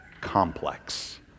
complex